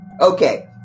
Okay